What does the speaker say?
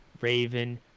Raven